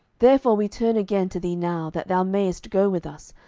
therefore we turn again to thee now, that thou mayest go with us,